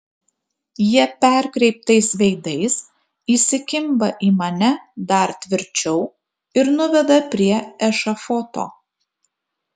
jie perkreiptais veidais įsikimba į mane dar tvirčiau ir nuveda prie ešafoto